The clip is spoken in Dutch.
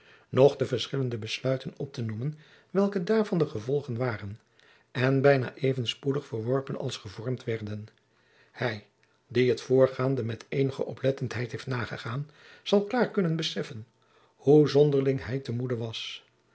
noch de verschillende besluiten op te noemen welke daarvan de gevolgen waren en bijna even spoedig verworpen als gevormd werden hij die het voorgaande met eenige oplettenheid heeft nagegaan zal klaar kunnen beseffen hoe zonderling hij te moede was